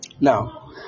now